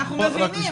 אנחנו מבינים.